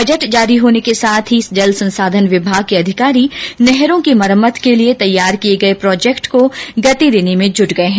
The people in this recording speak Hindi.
बजट जारी होने के साथ ही जल संसाधन विभाग के अधिकारी नहरों की मरम्मत के लिये तैयार किये गये प्रोजक्ट को गति देने में जुट गये है